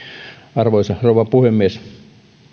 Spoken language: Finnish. arvoisa rouva puhemies